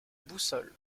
boussole